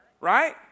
Right